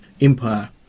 empire